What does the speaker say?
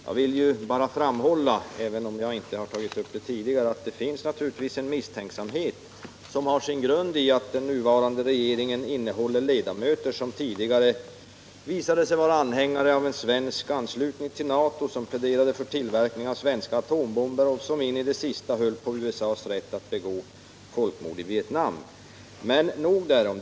Jag vill bara framhålla, även om jag inte har tagit upp det tidigare, att det naturligtvis finns en misstänksamhet som har sin grund i att den nuvarande regeringen innehåller ledamöter som tidigare visat sig vara anhängare av en svensk anslutning till NATO, som pläderat för tillverkning av svenska atombomber och som in i det sista höll på USA:s rätt att begå folkmord i Vietnam. Men nog därom.